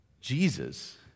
Jesus